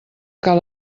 cal